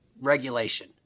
regulation